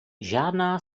žádná